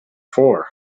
four